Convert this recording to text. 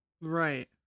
Right